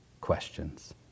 questions